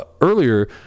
earlier